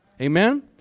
Amen